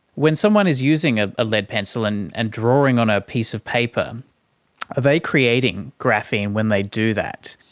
when someone is using ah a lead pencil and and drawing on a piece of paper, are they creating graphene when they do that?